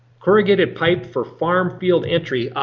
corrugated pipe for farm field entry.